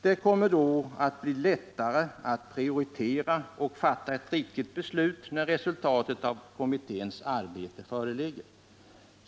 Det kommer att bli lättare att prioritera och fatta ett riktigt beslut när resultatet av kommitténs arbete föreligger.